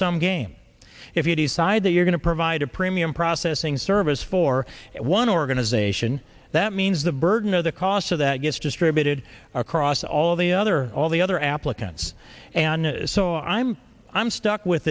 sum game if you decide that you're going to provide a premium processing service for one organization that means the burden of the cost of that gets distributed across all of the other all the other applicants and so i'm i'm stuck with